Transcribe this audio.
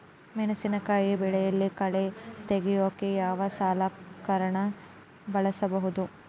ಮೆಣಸಿನಕಾಯಿ ಬೆಳೆಯಲ್ಲಿ ಕಳೆ ತೆಗಿಯೋಕೆ ಯಾವ ಸಲಕರಣೆ ಬಳಸಬಹುದು?